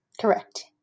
Correct